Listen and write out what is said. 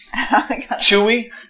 Chewy